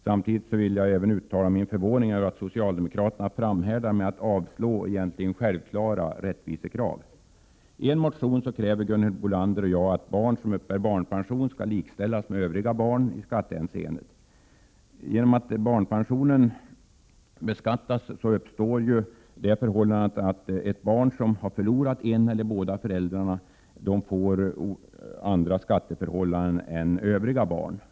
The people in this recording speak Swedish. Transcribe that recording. Samtidigt vill jag uttala min förvåning över att socialdemokraterna framhärdar i att avstyrka egentligen självklara rättvisekrav. I en motion kräver Gunhild Bolander och jag att barn som uppbär barnpension skall likställas med övriga barn i skattehänseende. Genom att barnpensionen beskattas får barn som har förlorat en eller båda föräldrarna andra skatteförhållanden än övriga barn.